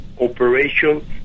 Operation